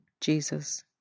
Jesus